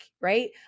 right